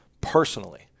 personally